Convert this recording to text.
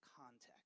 context